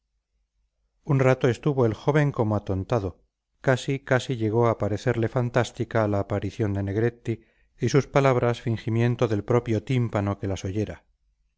un rato estuvo el joven como atontado casi casi llegó a parecerle fantástica la aparición de negretti y sus palabras fingimiento del propio tímpano que las oyera